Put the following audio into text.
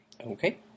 Okay